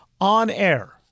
on-air